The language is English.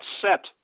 set